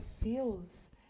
feels